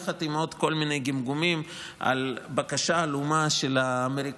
יחד עם עוד כל מיני גמגומים על בקשה עלומה של האמריקאים,